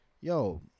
yo